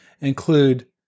include